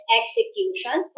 execution